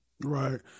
Right